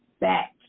back